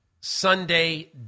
Sunday